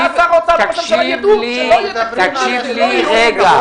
ואז שר האוצר וראש הממשלה יידעו --- תקשיב לי לרגע,